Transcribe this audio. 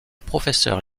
professeur